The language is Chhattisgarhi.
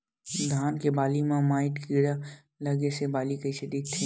धान के बालि म माईट कीड़ा लगे से बालि कइसे दिखथे?